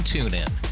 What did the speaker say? TuneIn